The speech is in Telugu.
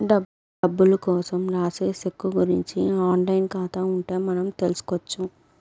డబ్బులు కోసం రాసే సెక్కు గురుంచి ఆన్ లైన్ ఖాతా ఉంటే మనం తెల్సుకొచ్చు